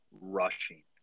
rushing